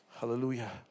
Hallelujah